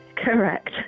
Correct